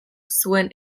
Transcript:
zuen